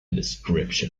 description